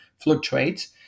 fluctuates